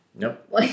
Nope